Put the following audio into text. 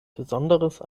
besonderes